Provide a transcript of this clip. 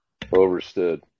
Overstood